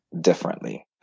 differently